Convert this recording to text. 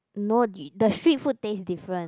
no the street food taste different